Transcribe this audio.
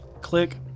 click